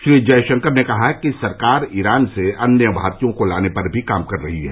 श्री जयशंकर ने कहा है कि सरकार ईरान से अन्य भारतीयों को लाने पर भी काम कर रही है